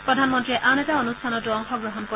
প্ৰধানমন্ত্ৰীয়ে লগতে এটা অনুষ্ঠানতো অংশগ্ৰহণ কৰিব